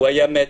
הוא היה מת.